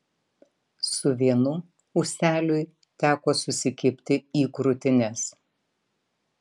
su vienu ūseliui teko susikibti į krūtines